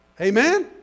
Amen